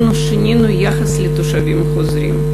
אנחנו שינינו את היחס לתושבים החוזרים.